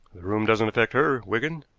room doesn't affect her, wigan,